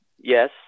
Yes